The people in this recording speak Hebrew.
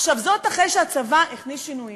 עכשיו, זה אחרי שהצבא הכניס שינויים.